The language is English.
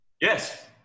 Yes